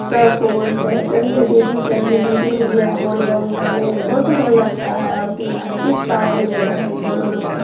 सबको बोलते हैं चलिए दीदी चलिए दीदी भैया बोल बम जाने में बहुत मन लगता है अबकी बार फिर सावन में जाएंगे बोल बम